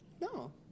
No